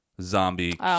zombie